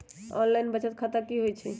Online बचत खाता की होई छई?